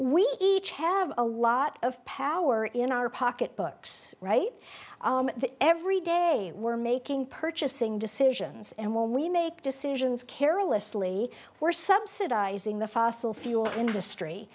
we each have a lot of power in our pocketbooks right that every day we're making purchasing decisions and when we make decisions carelessly we're subsidizing the fossil fuel industry